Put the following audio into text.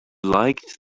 liked